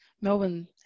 Melbourne